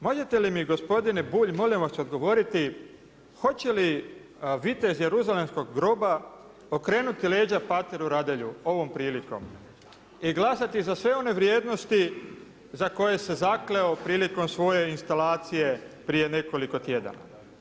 Možete li mi gospodine Bulj molim vas odgovoriti, hoće li vitez Jeruzalemskog groba okrenuti leđa pateru RAdelju ovom prilikom i glasati za sve one vrijednosti za koje se zakleo prilikom svoje instalacije prije nekoliko tjedana?